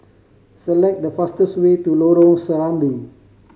select the fastest way to Lorong Serambi